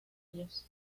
ellos